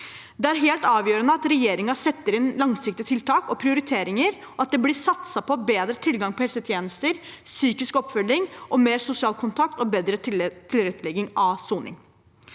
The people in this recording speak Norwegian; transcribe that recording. Det er helt avgjørende at regjeringen setter inn langsiktige tiltak og prioriteringer, og at det blir satset på bedre tilgang på helsetjenester, psykisk oppfølging, mer sosial kontakt og bedre tilrettelegging av soning.